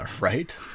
Right